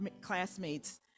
classmates